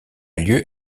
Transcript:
lieu